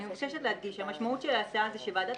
אני מבקשת להדגיש שהמשמעות של ההצעה היא שוועדת